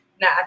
now